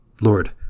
Lord